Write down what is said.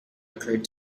occurred